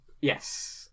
yes